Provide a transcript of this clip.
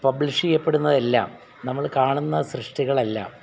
publish ചെയ്യപ്പെടുന്നതെല്ലാം നമ്മൾ കാണുന്ന സൃഷ്ടികളെല്ലാം